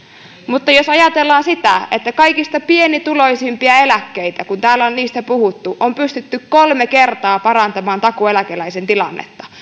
mutta jos ajatellaan kaikista pienituloisimpien eläkkeitä kun täällä on niistä puhuttu niin on pystytty kolme kertaa parantamaan takuueläkeläisen tilannetta